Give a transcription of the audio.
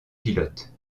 pilote